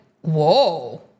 whoa